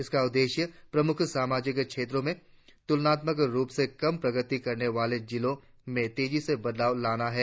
इसका उद्देश्य प्रमुख सामाजिक क्षेत्रों में तुलनात्मक रुप से कम प्रगति करने वाले जिलों में तेजी से बदलाव लाना है